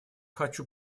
хочу